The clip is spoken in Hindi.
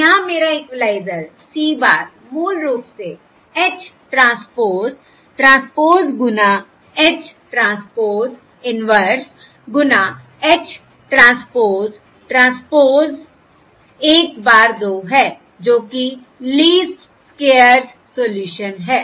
तो यहाँ मेरा इक्वलाइज़र C bar मूल रूप से H ट्रांसपोज़ ट्रांसपोज़ गुना H ट्रांसपोज़ इन्वर्स गुना H ट्रांसपोज़ ट्रांसपोज़ 1 bar 2 है जो कि लीस्ट स्क्वेयर्स सोल्यूशन है